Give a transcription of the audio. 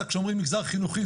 כשאומרים מגזר חינוכי,